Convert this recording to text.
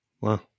Wow